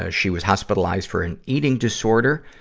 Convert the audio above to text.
ah she was hospitalized for an eating disorder,